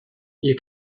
you